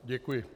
Děkuji.